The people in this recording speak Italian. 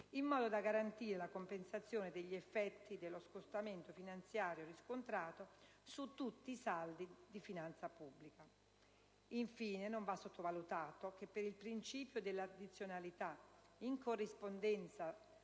in modo da garantire la compensazione degli effetti dello scostamento finanziario riscontrato su tutti i saldi di finanza pubblica. Infine, non va sottovalutato che, per il principio dell'addizionalità, in corrispondenza